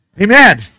Amen